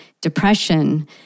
depression